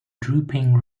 drooping